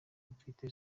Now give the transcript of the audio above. mfite